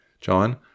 John